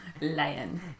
Lion